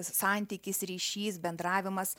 santykis ryšys bendravimas